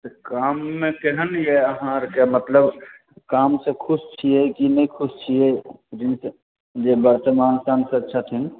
गाँममे केहन यऽ अहाँ ओरके मतलब कामसँ खुश छियै कि नहि खुश छियै जे वर्तमान साँसद छथिन